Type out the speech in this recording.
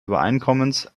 übereinkommens